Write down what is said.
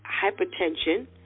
hypertension